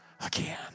again